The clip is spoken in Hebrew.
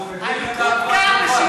אנחנו מתים לדעת מה התגובה,